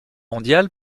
mondiale